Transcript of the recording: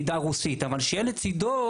יידע רוסית אלא שיהיו לצידם,